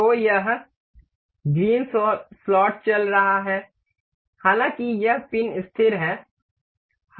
तो यह green slot चल रहा है हालांकि यह पिन स्थिर है